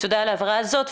תודה על ההבהרה הזאת.